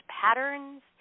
patterns